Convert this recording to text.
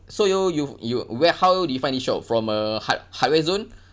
so you you you where how do you find this shop from a hard~ hardware zone